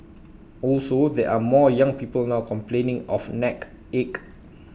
also there are more young people now complaining of neck ache